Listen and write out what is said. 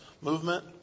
movement